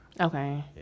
Okay